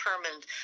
determined